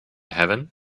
heaven